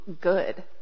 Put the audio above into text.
good